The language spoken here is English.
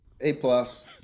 A-plus